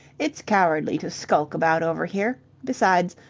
it's cowardly to skulk about over here. besides,